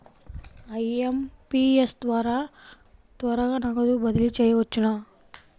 IMPS ద్వారా త్వరగా నగదు బదిలీ చేయవచ్చునా?